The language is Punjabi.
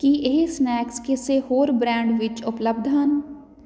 ਕੀ ਇਹ ਸਨੈਕਸ ਕਿਸੇ ਹੋਰ ਬ੍ਰੈਂਡ ਵਿੱਚ ਉਪਲੱਬਧ ਹਨ